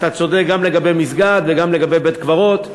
אתה צודק גם לגבי מסגד וגם לגבי בית-קברות.